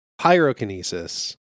pyrokinesis